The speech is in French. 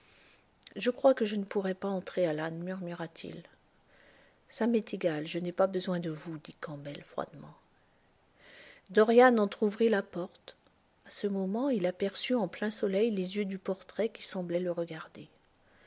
je crois que je ne pourrai pas entrer alan murmura-t-il ça m'est égal je n'ai pas besoin de vous dit campbell froidement dorian entr'ouvrit la porte a ce moment il aperçut en plein soleil les yeux du portrait qui semblaient le regarder